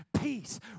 peace